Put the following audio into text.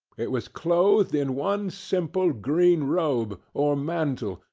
it was clothed in one simple green robe, or mantle,